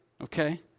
okay